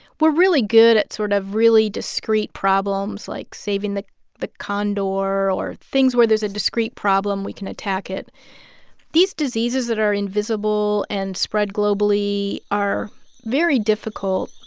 we're really good at sort of really discrete problems like saving the the condor. or things where there's a discrete problem, we can attack it these diseases that are invisible and spread globally are very difficult.